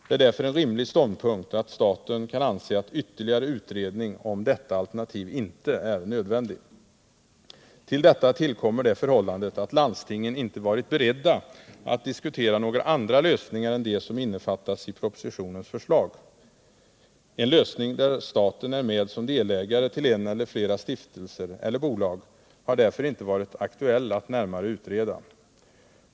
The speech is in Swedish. Det är därför en rimlig ståndpunkt att staten kan anse att ytterligare utredning om detta alternativ inte är nödvändig. Till detta kommer det förhållandet att landstingen inte varit beredda att diskutera några andra lösningar än de som innefattas i propositionens förslag. En lösning där staten är med som delägare till en eller flera stiftelser eller bolag har därför inte varit aktuell att närmare utreda.